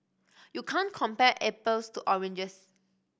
you can't compare apples to oranges